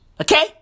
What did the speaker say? okay